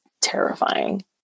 terrifying